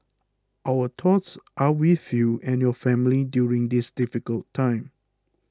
our thoughts are with you and your family during this difficult time